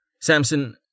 Samson